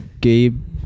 Gabe